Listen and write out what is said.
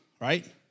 right